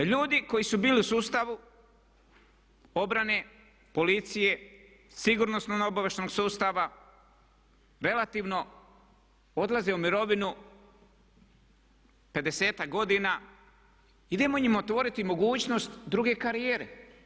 Da ljudi koji su bili u sustavu obrane, policije, sigurnosno-obavještajnog sustava relativno odlaze u mirovinu 50-ak godina idemo im otvoriti mogućnost druge karijere.